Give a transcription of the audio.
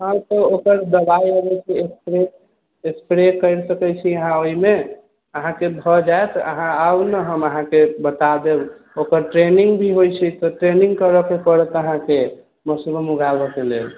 हँ तऽ ओकर दवाइ अबैत छै स्प्रे स्प्रे करि सकैत छी अहाँ ओहिमे अहाँकेँ भए जाएत अहाँ आउ नऽ हम अहाँके बता देब ओकर ट्रेनिङ्ग भी होइत छै ओकर ट्रेनिङ्ग करऽके पड़त अहाँकेँ मशरूम उगाबएके लेल